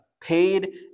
paid